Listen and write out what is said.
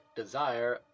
desire